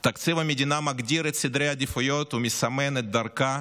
תקציב המדינה מגדיר את סדרי העדיפויות ומסמן את דרכה